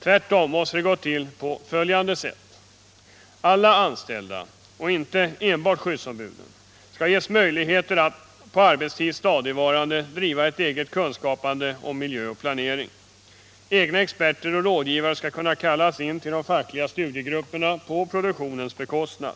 Tvärtom måste det gå till på följande sätt: Alla anställda — och inte enbart skyddsombuden — skall ges möjligheter att på arbetstid stadigvarande driva ett eget kunskapande om miljö och planering. Egna experter och rådgivare skall kunna kallas in till de fackliga studiegrupperna på produktionens bekostnad.